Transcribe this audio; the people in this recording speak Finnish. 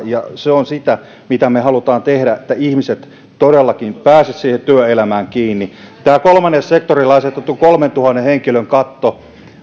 ja se on sitä mitä me haluamme tehdä että ihmiset todellakin pääsisivät työelämään kiinni tämä kolmannelle sektorille asetettu kolmentuhannen henkilön katto